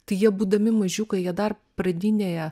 tai jie būdami mažiukai jie dar pradinėje